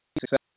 success